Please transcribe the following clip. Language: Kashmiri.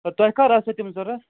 اَدٕ تۄہہِ کَر آسیو تِم ضوٚرَتھ